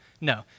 No